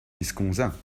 wisconsin